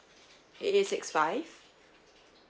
eight eight six five